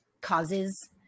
causes